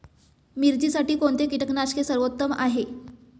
मिरचीसाठी कोणते कीटकनाशके सर्वोत्तम आहे?